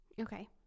Okay